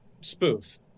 spoof